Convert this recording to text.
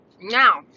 now